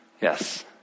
Yes